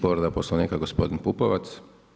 Povreda Poslovnika, gospodin Pupovac.